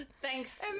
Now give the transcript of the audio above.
thanks